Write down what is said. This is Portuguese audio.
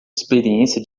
experiência